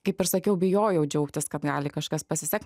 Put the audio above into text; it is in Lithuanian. kaip ir sakiau bijojau džiaugtis kad gali kažkas pasisekt